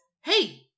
hey